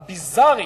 הביזארית,